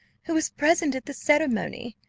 who was present at the ceremony,